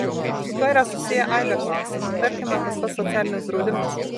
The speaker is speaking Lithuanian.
su tuo yra susiję aibė klausimų tarkime tas pats socialinis draudimas